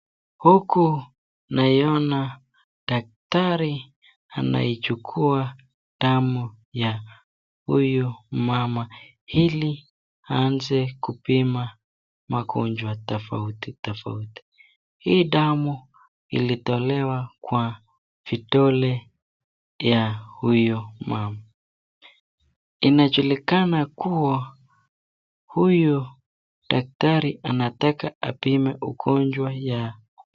Huku naiona daktari anayechukua damu ya huyu mama ili aanze kupima magonjwa tofauti tofauti. Hii damu ilitolewa kwa vidole ya huyu mama. Inajulikana kuwa huyu daktari anataka apime ugonjwa ya.